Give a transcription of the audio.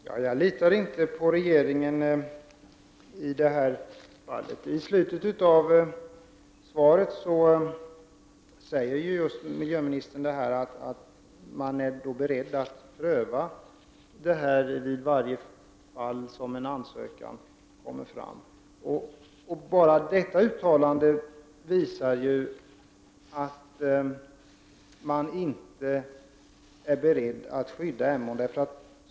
Herr talman! Jag litar inte på regeringen i det här fallet. I slutet av svaret säger miljöministern just detta att man är beredd att pröva varje fall där en ansökan kommer in. Enbart detta uttalande visar att man inte är beredd att skydda Emån.